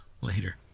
later